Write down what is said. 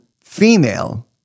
female